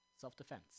Self-defense